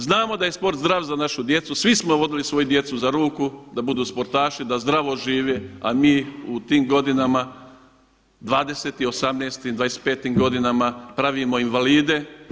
Znamo da je sport zdrav za našu djecu, svi smo vodili svoju djecu za ruku da budu sportaši, da zdravo žive a mi u tim godinama 20-tim, 18-tim, 25-im godinama pravimo invalide.